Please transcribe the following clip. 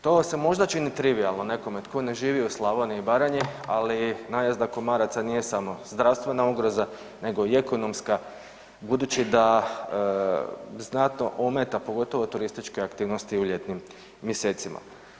To se možda čini trivijalno nekome tko ne živi u Slavoniji i Baranji, ali najezda komaraca nije samo zdravstvena ugroza nego i ekonomska budući da znatno ometa, pogotovo turističke aktivnosti u ljetnim mjesecima.